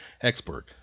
expert